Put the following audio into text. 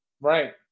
Right